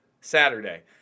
Saturday